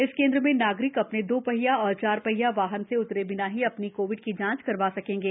इस केंद्र में नागरिक अपने दो पहिया और चार पहिया वाहन से उतरे बिना ही अपनी कोविड जांच करवा सकेंगे